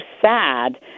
sad